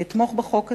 אני אתמוך בחוק הזה,